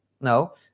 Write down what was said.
no